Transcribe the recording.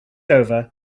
over